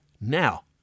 Now